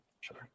sure